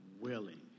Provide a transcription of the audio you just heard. willing